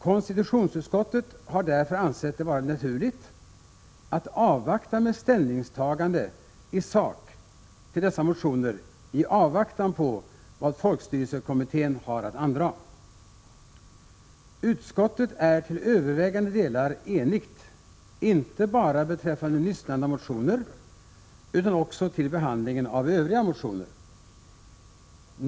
Konstitutionsutskottet har därför ansett det vara naturligt att avvakta med ställningstagande i sak till dessa motioner i väntan på vad folkstyrelsekommittén har att andraga. Utskottet är till övervägande del enigt inte bara beträffande nyssnämnda motioner utan också när det gäller behandlingen av övriga motioner.